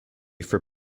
for